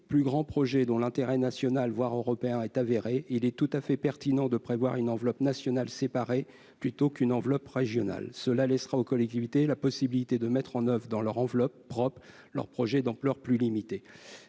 plus grands projets, dont l'intérêt national, voire européen, est avéré, il est tout à fait pertinent de prévoir une enveloppe nationale séparée plutôt qu'une enveloppe régionale. Cela laissera aux collectivités la possibilité de mettre en oeuvre, dans leur enveloppe propre, leurs projets d'ampleur plus limitée.